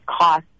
cost